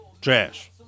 Trash